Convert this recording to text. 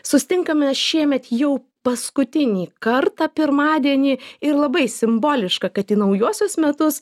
sustinkame šiemet jau paskutinį kartą pirmadienį ir labai simboliška kad į naujuosius metus